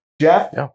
Jeff